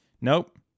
Nope